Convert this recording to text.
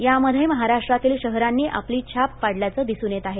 त्यामध्ये महाराष्ट्रातील शहरांनी आपली छाप पाडल्याचं दिसुन येत आहे